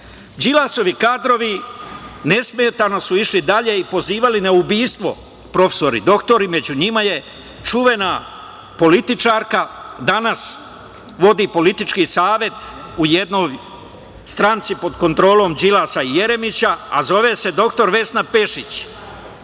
kadrovi nesmetano su išli dalje i pozivali na ubistvo, profesori doktori. Među njima je čuvena političarka, danas vodi politički savet u jednoj stranci pod kontrolom Đilasa i Jeremića, a zove se dr Vesna Pešić.